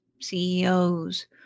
CEOs